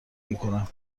میکنم